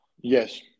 Yes